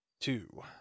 two